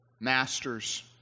Masters